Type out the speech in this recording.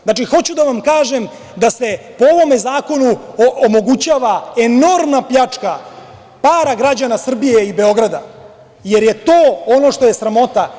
Znači, hoću da vam kažem da se po ovome zakonu omogućava enormna pljačka para građana Srbije i Beograda, jer je to ono što je sramota.